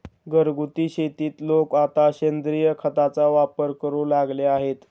घरगुती शेतीत लोक आता सेंद्रिय खताचा वापर करू लागले आहेत